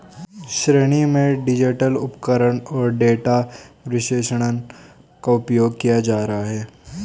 कृषि में डिजिटल उपकरण और डेटा विश्लेषण का उपयोग किया जा रहा है